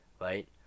right